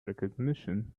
recognition